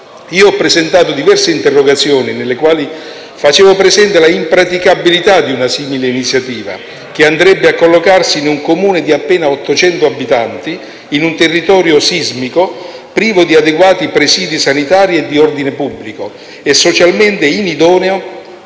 Io ho presentato diverse interrogazioni nelle quali ha fatto presente l'impraticabilità di una simile iniziativa, che andrebbe a collocarsi in un Comune di appena 800 abitanti, in un territorio sismico, privo di adeguati presidi sanitari e di ordine pubblico e socialmente inidoneo